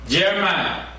Jeremiah